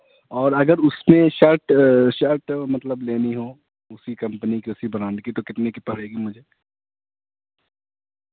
اور اگر اس میں شرٹ شرٹ مطلب لینی ہو اسی کمپنی کی اسی برانڈ کی تو کتنے کی پڑے گی مجھے